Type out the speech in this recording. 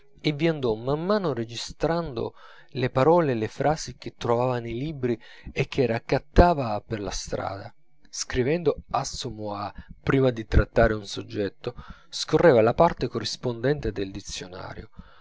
e vi andò man mano registrando le parole e le frasi che trovava nei libri e che raccattava per la strada scrivendo assommoir prima di trattare un soggetto scorreva la parte corrispondente del dizionario